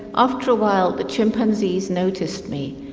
after a while the chimpanzees noticed me,